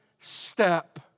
step